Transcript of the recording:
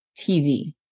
TV